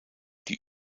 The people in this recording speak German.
die